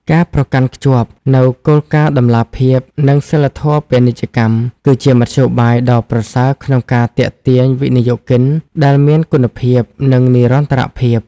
ការប្រកាន់ខ្ជាប់នូវគោលការណ៍តម្លាភាព និងសីលធម៌ពាណិជ្ជកម្ម គឺជាមធ្យោបាយដ៏ប្រសើរក្នុងការទាក់ទាញវិនិយោគិនដែលមានគុណភាព និងនិរន្តរភាព។